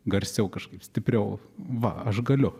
garsiau kažkaip stipriau va aš galiu